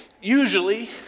Usually